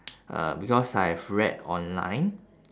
uh because I've read online